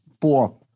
four